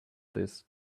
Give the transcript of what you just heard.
this